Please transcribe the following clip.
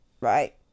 Right